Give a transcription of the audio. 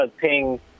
Ping